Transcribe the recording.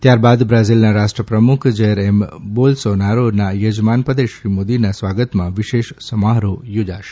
ત્યારબાદ બ્રાઝીલના રાષ્ટ્રપ્રમુખ જેર એમ બોલસોનારો ના યજમાન પદે શ્રી મોદીના સ્વાગતમાં વિશેષ સમારોહ યોજાશે